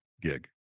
gig